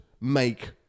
make